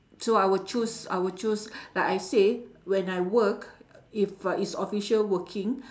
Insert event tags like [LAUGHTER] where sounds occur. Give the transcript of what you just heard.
so I will choose I will choose [BREATH] like I said when I work if it's official working